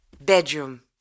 bedroom